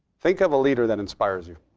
think of a leader that inspires you.